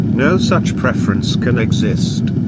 no such preference can exist.